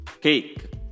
cake